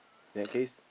that case